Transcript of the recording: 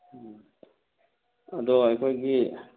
ꯎꯝ ꯑꯗꯣ ꯑꯩꯈꯣꯏꯒꯤ